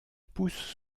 pousse